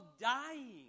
dying